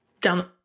down